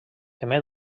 emet